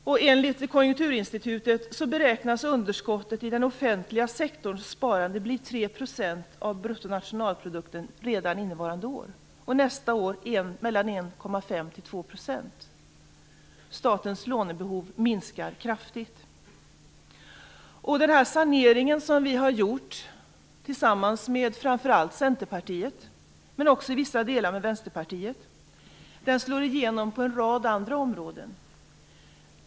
Enligt Konjunkturinstitutet beräknas underskottet i den offentliga sektorns sparande bli 3 % av bruttonationalprodukten redan innevarande år och nästa år mellan 1,5 och 2 %. Statens lånebehov minskar kraftigt. Den sanering som vi gjort, tillsammans med framför allt Centerpartiet men också i vissa delar med Vänsterpartiet, slår igenom på en rad andra områden.